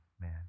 man